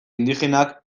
indigenak